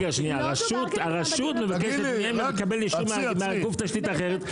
רגע, הרשות מבקשת מהם לקבל אישור מגוף תשתית אחר.